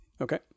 okay